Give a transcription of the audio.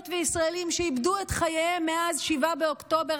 וישראלים שאיבדו את חייהם מאז 7 באוקטובר,